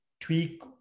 tweak